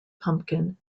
pumpkin